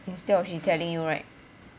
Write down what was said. instead of she telling you right